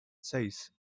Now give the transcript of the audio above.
seis